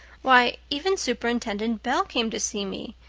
why, even superintendent bell came to see me,